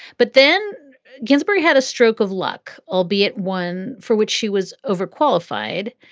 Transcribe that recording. but then ginsburg had a stroke of luck, albeit one for which she was overqualified.